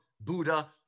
Buddha